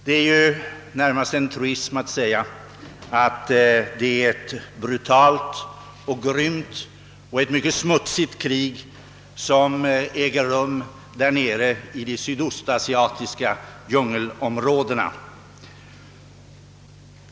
Det är närmast en truism att säga att det är ett brutalt och grymt och mycket smutsigt krig som äger rum därnere i de sydöstasiatiska djungelområdena.